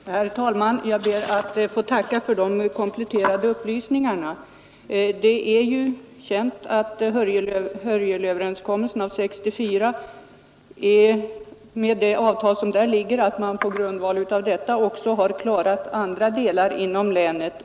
Herr talman! Jag ber att få tacka för de kompletterande upplysningarna. Det är känt att man på grundval av Hörjelöverenskommelsen av år 1964 med det avtal som ingår där har klarat andra delar inom länet.